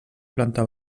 planta